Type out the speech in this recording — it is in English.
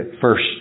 first